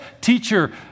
Teacher